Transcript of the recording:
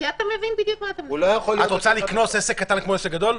אתה מבין בדיוק --- את רוצה לקנוס עסק קטן כמו עסק גדול?